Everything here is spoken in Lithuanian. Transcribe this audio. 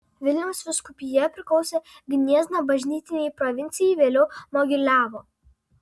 vilniaus vyskupija priklausė gniezno bažnytinei provincijai vėliau mogiliavo